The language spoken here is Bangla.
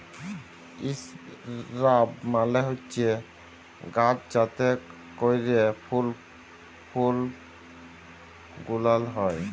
ইসরাব মালে হছে গাহাচ যাতে ক্যইরে ফল ফুল গেলাল হ্যয়